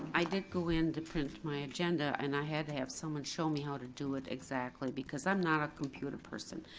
i did go in to print my agenda, and i had to have someone show me how to do it exactly, because i'm not a computer person.